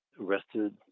arrested